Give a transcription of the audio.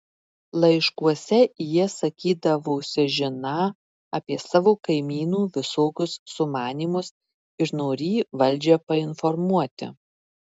laiškuose jie sakydavosi žiną apie savo kaimynų visokius sumanymus ir norį valdžią painformuoti